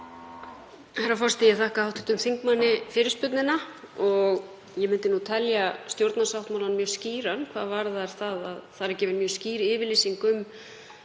Herra forseti. Ég þakka hv. þingmanni fyrirspurnina. Ég myndi telja stjórnarsáttmálann mjög skýran hvað varðar að þar er gefin mjög skýr yfirlýsing um